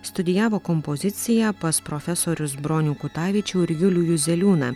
studijavo kompoziciją pas profesorius bronių kutavičių ir julių juzeliūną